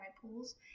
pools